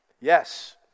Yes